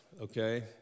okay